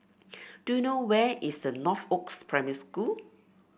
do you know where is the Northoaks Primary School